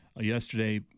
yesterday